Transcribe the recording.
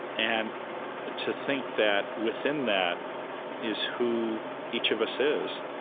and to think that within that is who each of us is,